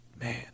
Man